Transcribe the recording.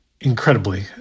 incredibly